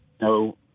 no